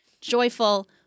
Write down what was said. joyful